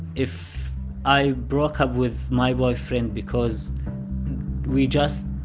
if i broke up with my boyfriend because we just